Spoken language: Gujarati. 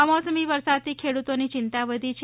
કમોસમી વરસાદથી ખેડૂતોની ચિંતા વધી છે